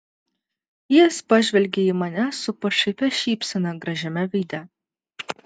jis pažvelgė į mane su pašaipia šypsena gražiame veide